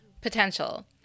Potential